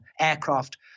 aircraft